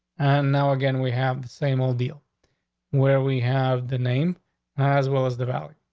and now again, we have the same old deal where we have the name as well as the valid.